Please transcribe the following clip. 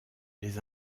les